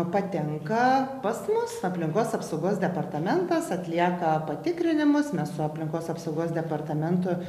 patenka pas mus aplinkos apsaugos departamentas atlieka patikrinimus mes su aplinkos apsaugos departamentu